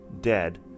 dead